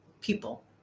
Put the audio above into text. people